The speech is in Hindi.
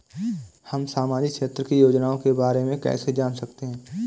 हम सामाजिक क्षेत्र की योजनाओं के बारे में कैसे जान सकते हैं?